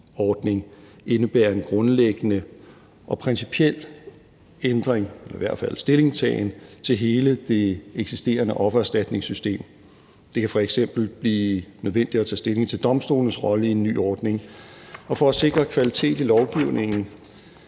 indebærer en grundlæggende og principiel ændring af eller i hvert fald stillingtagen til hele det eksisterende offererstatningssystem. Det kan f.eks. blive nødvendigt at tage stilling til domstolenes rolle i en ny ordning. Og for at sikre kvalitet i lovgivningen